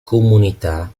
comunità